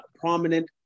prominent